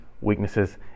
weaknesses